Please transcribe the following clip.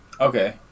Okay